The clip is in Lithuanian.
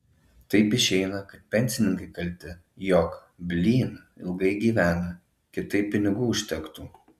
taip išeina kad pensininkai kalti jog blyn ilgai gyvena kitaip pinigų užtektų